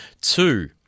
Two